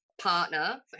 partner